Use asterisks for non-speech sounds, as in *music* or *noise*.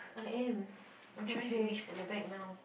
I am *breath* I'm trying to reach for your bag now